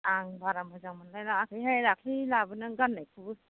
आं बारा मोजांमोनलाय लाङाखैहाय दाखालि लाबोनानै गाननायखौबो